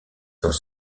dans